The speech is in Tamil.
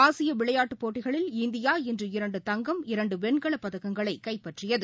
ஆசியவிளையாட்டுப் போட்டகளில் இந்தியா இன்று இரண்டு தங்கம் இரண்டுவெண்கலப்பதக்கங்களைகைப்பற்றியது